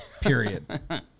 period